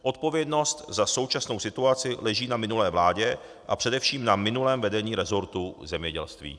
Odpovědnost za současnou situaci leží na minulé vládě a především na minulém vedení resortu zemědělství.